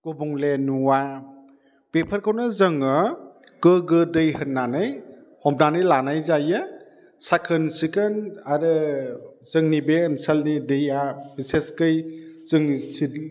गुबुंले नङा बेफोखौनो जोङो गोगो दै होननानै हमनानै लानाय जायो साखोन सिखोन आरो जोंनि बे ओनसोलनि दैया बिसेसखै जों सिड